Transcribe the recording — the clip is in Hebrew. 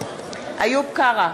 איוב קרא,